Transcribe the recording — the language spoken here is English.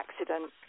accident